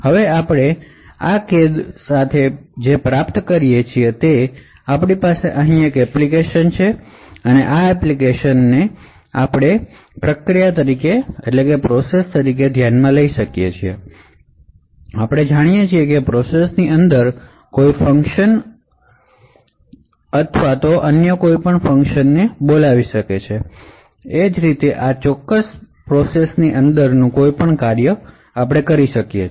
હવે આપણે ઝીણવટ પૂર્વક ની કોનફીનમેંટ સાથે જે પ્રાપ્ત કરીએ છીએ તે છે કે આપણી પાસે અહીં એક એપ્લિકેશન છે હવે આ એપ્લિકેશન તમે તેને પ્રોસેસ તરીકે ધ્યાનમાં લઈ શકો છો અને આપણે જાણીએ છીએ કે પ્રોસેસની અંતર્ગત કોઈ પણ ફંક્શન અન્ય કોઈપણ ફંક્શન ને બોલાવી શકે છે એ જ રીતે આ પ્રોસેસની અંદરનું કોઈપણ ફંકશન કરી શકે છે